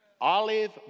Olive